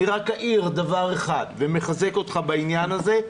אני רק אעיר דבר, ומחזק אותך בעניין הזה: